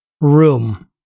room